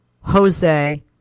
Jose